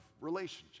relationship